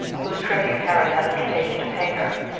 whose tribute herod had undertaken to pay her,